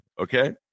Okay